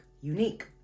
unique